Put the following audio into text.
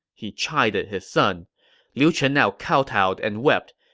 he chided his son liu chen now kowtowed and wept.